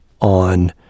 on